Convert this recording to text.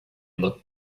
looked